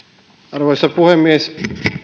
arvoisa puhemies